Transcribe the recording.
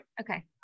okay